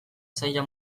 zaila